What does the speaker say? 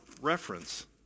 reference